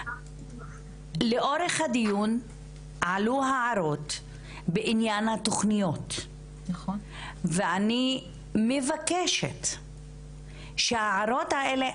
לאורך הדיון הועלו הערות בעניין התוכניות ואני מבקשת שהערות האלה,